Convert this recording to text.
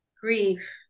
grief